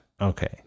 Okay